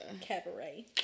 cabaret